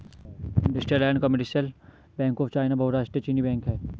industrial and commercial bank of China बहुराष्ट्रीय चीनी बैंक है